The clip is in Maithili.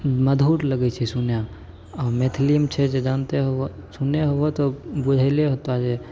मधुर लगैत छै सुनेमे आ मैथिलिएमे छै जे जानते हुए सुने हुए तऽ बुझले होतो जे